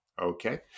Okay